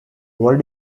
world